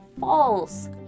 false